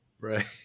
right